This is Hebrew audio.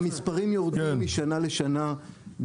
המספרים יורדים משנה לשנה.